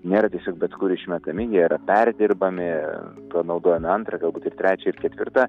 nėra tiesiog bet kur išmetami jie yra perdirbami panaudojami antrą galbūt ir trečią ir ketvirtą